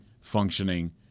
functioning